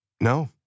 No